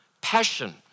passion